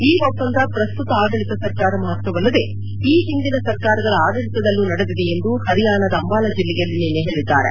ಈ ಒಪ್ಪಂದ ಪ್ರಸ್ತುತ ಆಡಳಿತ ಸರ್ಕಾರ ಮಾತ್ರವಲ್ಲದೇ ಈ ಹಿಂದಿನ ಸರ್ಕಾರಗಳ ಆಡಳಿತದಲ್ಲೂ ನಡೆದಿದೆ ಎಂದು ಪರಿಯಾಣದ ಅಂಬಾಲ ಜಿಲ್ಲೆಯಲ್ಲಿ ನಿನ್ನೆ ಹೇಳಿದ್ದಾರೆ